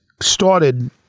started